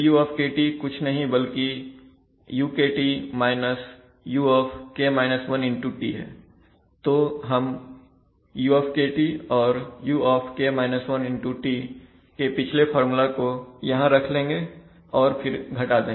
Δu कुछ नहीं बल्कि u uT है तो हम u और uT के पिछले फार्मूला को यहां रख लेंगे और फिर घटा देंगे